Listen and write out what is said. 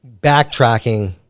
backtracking